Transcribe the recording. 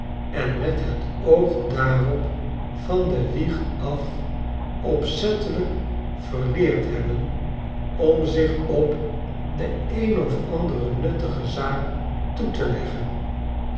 en met het oog daarop van de wieg af opzettelijk verleerd hebben om zich op de een of andere nuttige zaak toe te leggen